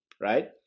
Right